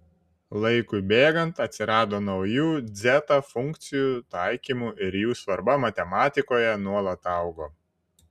laikui bėgant atsirado naujų dzeta funkcijų taikymų ir jų svarba matematikoje nuolat augo